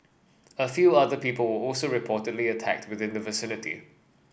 a few other people also reportedly attacked within the vicinity